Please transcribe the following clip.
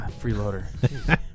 freeloader